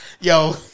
Yo